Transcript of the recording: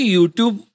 YouTube